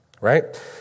Right